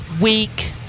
week